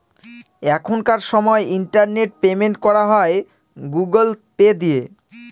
এখনকার সময় internet payment করা হয় গুগুল পে দিয়ে